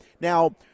Now